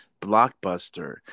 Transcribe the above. blockbuster